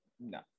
No